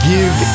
Give